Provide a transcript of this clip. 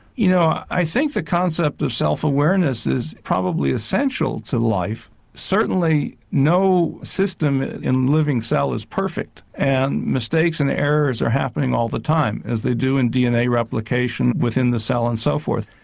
you know i think the concept of self awareness is probably essential to life, certainly no system in a living cell is perfect and mistakes and errors are happening all the time as they do in dna replication within the cell and so forth.